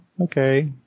okay